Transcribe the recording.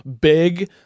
big